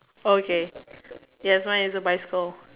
okay yes mine is a bicycle